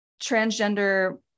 transgender